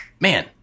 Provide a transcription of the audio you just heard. man